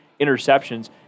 interceptions